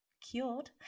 cured